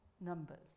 numbers